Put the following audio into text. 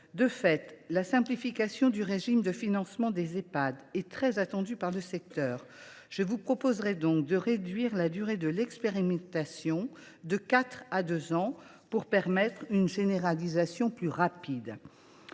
De fait, la simplification du régime de financement des Ehpad est très attendue par le secteur. Je vous proposerai donc de réduire la durée de l’expérimentation de quatre ans à deux ans, pour permettre une généralisation plus rapide.